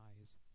eyes